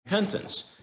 Repentance